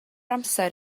amser